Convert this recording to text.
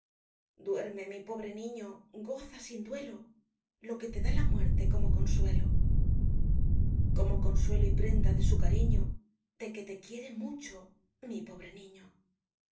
duerme mi pobre niño goza sin duelo lo que te da la muerte como consuelo como consuelo y prenda de su cariño de que te quiere mucho mi pobre niño